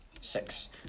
six